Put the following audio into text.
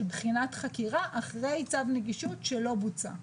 בחינת חקירה אחרי צו נגישות שלא בוצע.